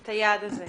את היעד הזה.